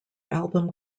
album